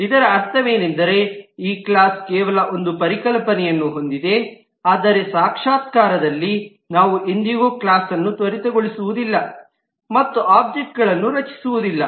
ಇದರ ಅರ್ಥವೇನೆಂದರೆ ಈ ಕ್ಲಾಸ್ ಕೇವಲ ಒಂದು ಪರಿಕಲ್ಪನೆಯನ್ನು ಹೊಂದಿದೆ ಆದರೆ ಸಾಕ್ಷಾತ್ಕಾರದಲ್ಲಿ ನಾವು ಎಂದಿಗೂ ಕ್ಲಾಸ್ನ್ನು ತ್ವರಿತಗೊಳಿಸುವುದಿಲ್ಲ ಮತ್ತು ಆಬ್ಜೆಕ್ಟ್ಗಳನ್ನು ರಚಿಸುವುದಿಲ್ಲ